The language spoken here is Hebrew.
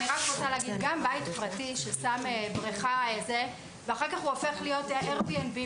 גם בית פרטי שיש בו בריכה ואחר כך הוא הופך להיות אייר בי אנד בי,